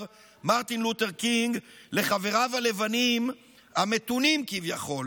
מרטין לותר קינג לחבריו הלבנים המתונים כביכול.